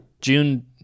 June